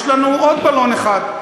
יש לנו עוד בלון אחד.